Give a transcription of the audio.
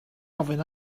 ofyn